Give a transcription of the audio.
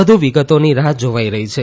વધુ વિગતોની રાહ્ જોવાઇ રહી છે